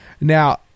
now